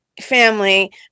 family